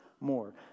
more